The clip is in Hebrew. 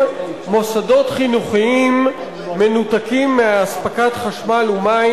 מוסדות חינוכיים מנותקים מאספקת חשמל ומים,